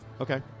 Okay